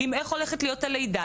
איך תהיה הלידה,